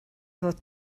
fod